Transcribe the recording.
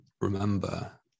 remember